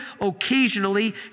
occasionally